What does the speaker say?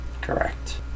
Correct